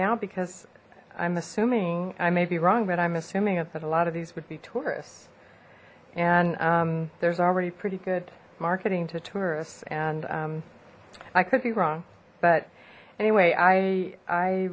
now because i'm assuming i may be wrong but i'm assuming it that a lot of these would be tourists and there's already pretty good marketing to tourists and i could be wrong but anyway i